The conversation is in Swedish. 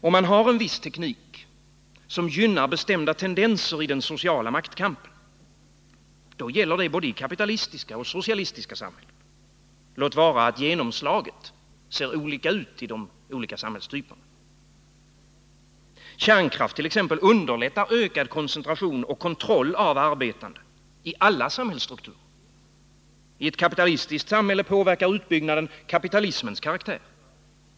Om man har en viss teknik, som gynnar bestämda tendenser i den sociala maktkampen, gäller den både i kapitalistiska och socialistiska samhällen — låt vara att genomslaget ser olika ut. Kärnkraft t.ex. underlättar ökad koncentration och kontroll av arbetande i alla samhällsstrukturer. I ett kapitalistiskt samhälle påverkar utbyggnaden kapitalismens karaktär.